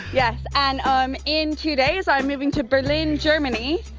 yes. and um in two days, i'm moving to berlin, germany,